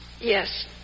Yes